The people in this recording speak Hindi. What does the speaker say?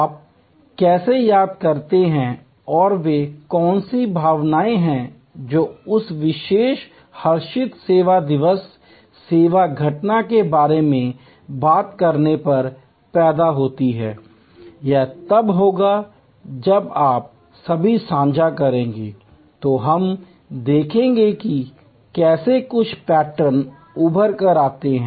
आप कैसे याद करते हैं और वे कौन सी भावनाएं हैं जो उस विशेष हर्षित सेवा दिवस सेवा घटना के बारे में बात करने पर पैदा होती हैं यह तब होगा जब आप सभी साझा करेंगे तो हम देखेंगे कि कैसे कुछ पैटर्न उभर कर आते हैं